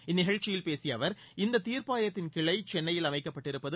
இந்நிகழ்ச்சியில் பேசிய அவர் இந்த தீர்ப்பாயத்தின் கிளை சென்னையில் அமைக்கப்பட்டிருப்பது